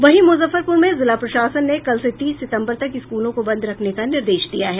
वहीं मुजफ्फरपुर में जिला प्रशासन ने कल से तीस सितम्बर तक स्कूलों को बंद रखने का निर्देश दिया है